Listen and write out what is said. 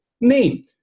name